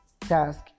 task